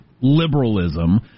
liberalism